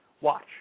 Watch